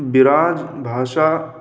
برج بھاشا